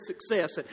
Success